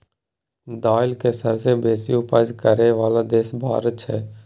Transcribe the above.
दाइल के सबसे बेशी उपज करइ बला देश भारत छइ